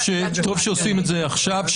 טוב שעושים את זה עכשיו.